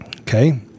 Okay